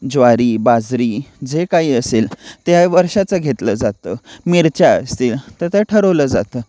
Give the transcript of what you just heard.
ज्वारी बाजरी जे काही असेल ते वर्षाचं घेतलं जातं मिरच्या असतील तर ते ठरवलं जातं